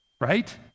right